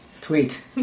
Tweet